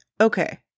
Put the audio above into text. okay